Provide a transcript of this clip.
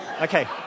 Okay